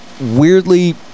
weirdly